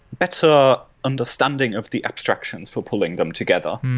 better understanding of the abstractions for pulling them together.